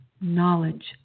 knowledge